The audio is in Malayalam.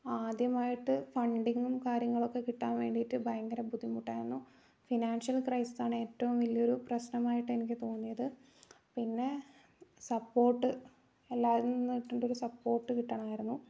ആദ്യമായിട്ട് ഫണ്ടിങ്ങും കാര്യങ്ങളൊക്കെ കിട്ടാൻ വേണ്ടിയിട്ട് ഭയങ്കര ബുദ്ധിമുട്ടായിരുന്നു ഫിനാൻഷ്യൽ ക്രൈസിസ് ആണ് ഏറ്റവും വലിയ ഒരു പ്രശ്നമായിട്ട് എനിക്ക് തോന്നിയത് പിന്നെ സപ്പോർട്ട് എല്ലാവരും നിന്നുമൊരു സപ്പോർട്ട് കിട്ടണമായിരുന്നു